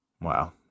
Wow